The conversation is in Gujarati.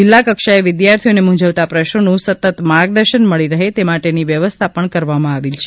જિલ્લા કક્ષાએ વિદ્યાર્થીઓને મૂંઝવતા પ્રશ્નોનું સતત માર્ગદર્શન મળી રહે તે માટેની વ્ય્વસ્થા પણ કરવામાં આવેલી છે